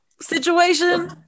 situation